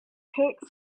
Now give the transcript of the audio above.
took